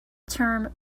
term